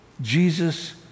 Jesus